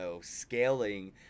scaling